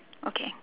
okay